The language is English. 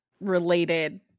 related